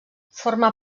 forma